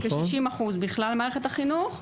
כן, כ-60% בכלל במערכת החינוך.